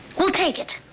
we'll take it.